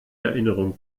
erinnerung